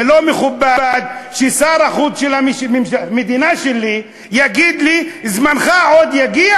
זה לא מכובד ששר החוץ של המדינה שלי יגיד לי: זמנך עוד יגיע,